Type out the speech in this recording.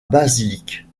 basilique